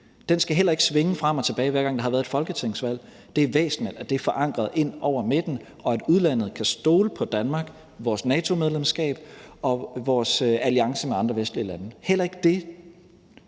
Den skal heller ikke svinge frem og tilbage, hver gang der har været et folketingsvalg. Det er væsentligt, at det er forankret ind over midten, og at udlandet kan stole på Danmark, vores NATO-medlemskab og vores alliance med andre vestlige lande. Heller ikke det